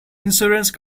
insurance